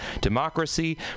democracy